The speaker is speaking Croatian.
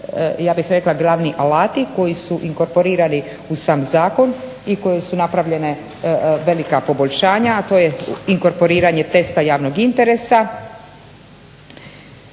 ja bih rekla glavni alati koji su inkorporirani u sam zakon i koji su napravljene velika poboljšanja, a to je inkorporiranje testa javnog interesa.